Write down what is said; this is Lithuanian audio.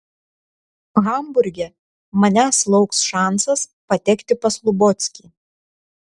hamburge manęs lauks šansas patekti pas lubockį